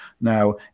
now